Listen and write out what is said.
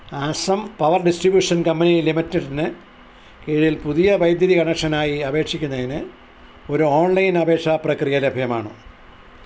Assam power distribution company ലിമിറ്റഡിന് കീഴിൽ പുതിയ വൈദ്യുതി കണക്ഷനായി അപേക്ഷിക്കുന്നതിന് ഒരു ഓൺലൈൻ അപേക്ഷ പ്രക്രിയ ലഭ്യമാണോ